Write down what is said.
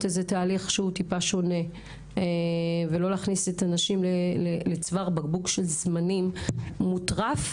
תהליך שונה ולא להכניס את הנשים לצוואר בקבוק זמנים מוטרף,